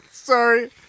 Sorry